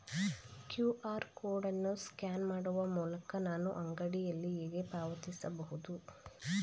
QR code ಅನ್ನು scan ಮಾಡುವ ಮೂಲಕ ನಾನು ಅಂಗಡಿಯಲ್ಲಿ ಹೇಗೆ ಪಾವತಿಸಬಹುದು?